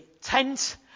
tent